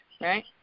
right